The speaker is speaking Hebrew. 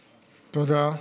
תודה.